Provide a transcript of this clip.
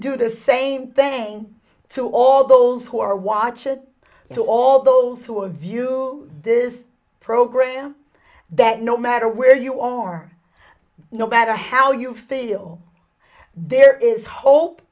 do the same thing to all those who are watching to all those who are view this program that no matter where you are no matter how you feel there is hope